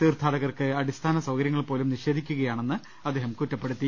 തീർത്ഥാടകർക്ക് അടിസ്ഥാനസൌകരൃ ങ്ങൾപോലും നിഷേധിക്കുകയാണെന്ന് അദ്ദേഹം കുറ്റപ്പെടുത്തി